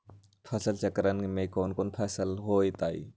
फसल चक्रण में कौन कौन फसल हो ताई?